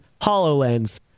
Hololens